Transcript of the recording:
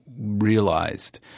realized